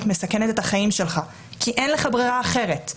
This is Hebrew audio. מסכנת את החיים שלך כי אין לך ברירה אחרת.